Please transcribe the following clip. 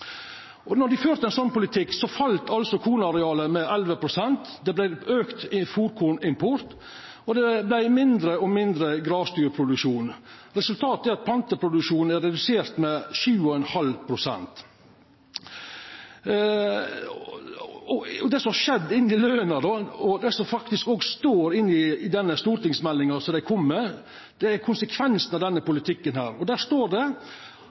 vår. Når dei førte ein sånn politikk, fall altså kornarealet med 11 pst., det vart auka fôrkornimport, og det vart mindre og mindre grasdyrproduksjon. Resultatet er at planteproduksjonen er redusert med 7,5 pst. Det som har skjedd med løna, og det som faktisk òg står i denne stortingsmeldinga, er konsekvensen av denne politikken. Der står det: